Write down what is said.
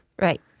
Right